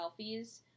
selfies